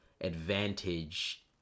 advantage